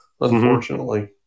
Unfortunately